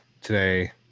today